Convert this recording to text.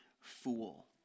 fool